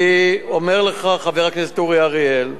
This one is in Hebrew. אני אומר לך, חבר הכנסת אורי אריאל,